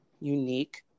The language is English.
unique